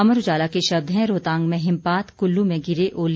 अमर उजाला के शब्द हैं रोहतांग में हिमपात कुल्लू में गिरे ओले